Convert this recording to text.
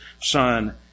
Son